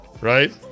Right